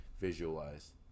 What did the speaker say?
visualize